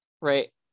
right